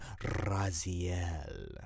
Raziel